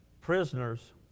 prisoners